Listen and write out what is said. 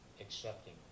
accepting